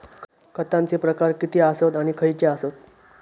खतांचे प्रकार किती आसत आणि खैचे आसत?